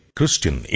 Christian